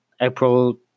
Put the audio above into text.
April